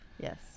Yes